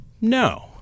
No